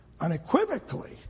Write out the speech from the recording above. unequivocally